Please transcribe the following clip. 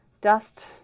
Dust